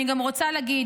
אני גם רוצה להגיד,